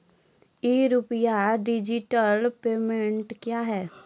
ई RUPI digital payment क्या हैं?